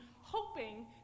hoping